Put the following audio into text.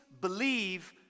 believe